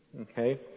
okay